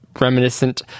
reminiscent